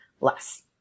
less